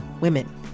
women